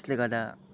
त्यसले गर्दा